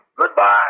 Goodbye